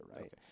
right